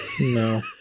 No